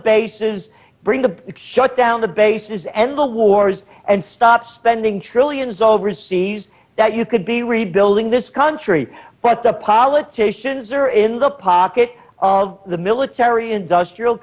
bases bring the down the bases end the wars and stop spending trillions overseas that you could be rebuilding this country but the politicians are in the pocket of the military industrial